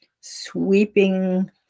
sweeping